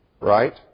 Right